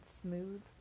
smooth